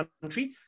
country